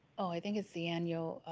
oh i think it's the annual